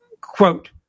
quote